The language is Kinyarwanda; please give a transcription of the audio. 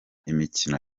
imikino